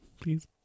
Please